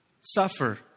suffer